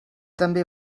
també